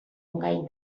gai